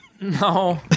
no